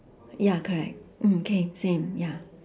ya correct mm K same ya